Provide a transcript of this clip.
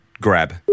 Grab